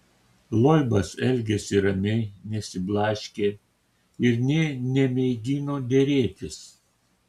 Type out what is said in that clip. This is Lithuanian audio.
loibas elgėsi ramiai nesiblaškė ir nė nemėgino derėtis